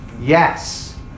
Yes